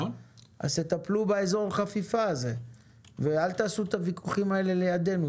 אז תטפלו באזור החפיפה הזה ואל תעשו את הוויכוחים האלה על ידינו,